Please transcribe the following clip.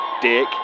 Dick